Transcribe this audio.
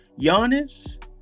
Giannis